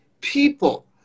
people